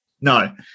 no